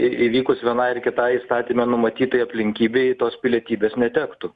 į įvykus vienai ar kitai įstatyme numatytai aplinkybei tos pilietybės netektų